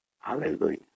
Hallelujah